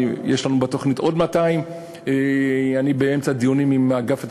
יש לנו בתוכנית עוד 200. אני באמצע דיונים עם אגף התקציבים,